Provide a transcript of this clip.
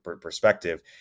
perspective